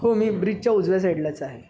हो मी ब्रिजच्या उजव्या साईडलाच आहे